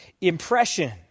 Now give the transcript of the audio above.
impression